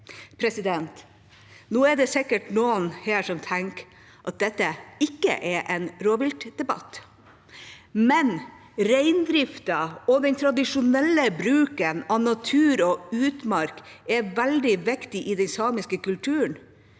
på jerv? Nå er det sikkert noen som tenker at dette ikke er en rovviltdebatt. Men reindrifta og den tradisjonelle bruken av natur og utmark er veldig viktig i den samiske kulturen.